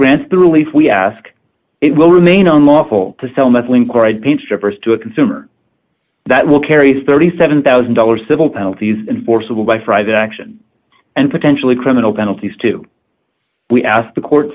grants the relief we ask it will remain unlawful to sell muscling or i didn't stripper's to a consumer that will carry thirty seven thousand dollars civil penalties enforceable by friday action and potentially criminal penalties to we asked the court